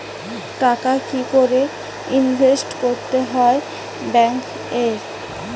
টাকা কি করে ইনভেস্ট করতে হয় ব্যাংক এ?